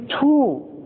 two